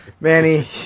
Manny